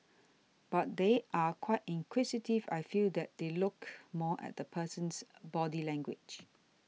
but they are quite inquisitive I feel that they look more at the person's body language